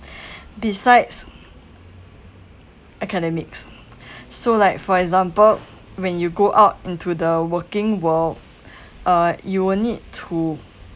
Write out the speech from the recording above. besides academics so like for example when you go out into the working world uh you will need to